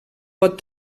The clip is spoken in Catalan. pot